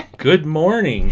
good morning